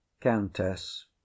countess